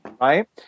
Right